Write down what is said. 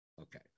Okay